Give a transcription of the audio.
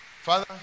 Father